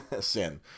sin